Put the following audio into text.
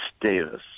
Davis